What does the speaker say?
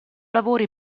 lavori